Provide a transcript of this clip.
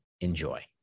Enjoy